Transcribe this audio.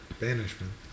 banishment